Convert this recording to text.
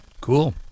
Cool